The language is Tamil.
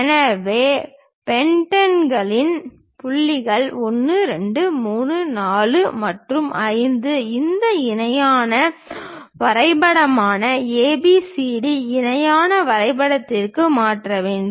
எனவே பென்டகனின் புள்ளிகள் 1 2 3 4 மற்றும் 5 இந்த இணையான வரைபடமான ABCD இணையான வரைபடத்திற்கு மாற்ற வேண்டும்